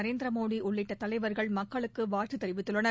நரேந்திரமோடி உள்ளிட்ட தலைவர்கள் மக்களுக்கு வாழ்த்து தெரிவித்துள்ளனர்